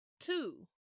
two